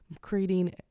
creating